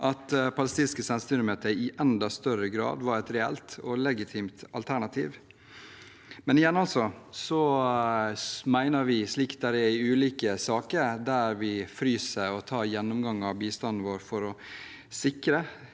at palestinske selvstyremyndigheter i enda større grad var et reelt og legitimt alternativ. Men igjen mener vi at dette er slik det er i ulike saker der vi fryser og tar en gjennomgang av bistanden vår, for – i